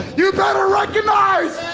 you better recognize